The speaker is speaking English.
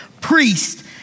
priest